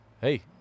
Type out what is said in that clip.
hey